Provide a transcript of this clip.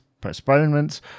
postponements